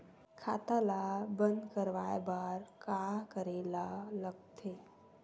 खाता ला बंद करवाय बार का करे ला लगथे?